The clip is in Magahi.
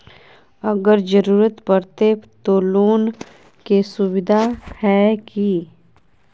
अगर जरूरत परते तो लोन के सुविधा है की?